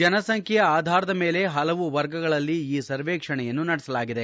ಜನಸಂಖ್ಯೆಯ ಆಧಾರದ ಮೇಲೆ ಹಲವು ವರ್ಗಗಳಲ್ಲಿ ಈ ಸರ್ವೇಕ್ಷಣೆಯನ್ನು ನಡೆಸಲಾಗಿದೆ